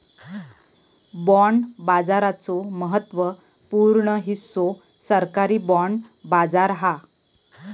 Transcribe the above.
bond बाजाराचो महत्त्व पूर्ण हिस्सो सरकारी बाँड बाजार हा